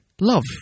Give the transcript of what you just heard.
love